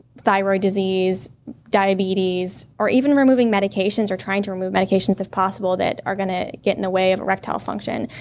thyroid disease diabetes, or even removing medications, or trying to remove medications, if possible that are going to get in the way of erectile function.